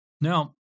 Now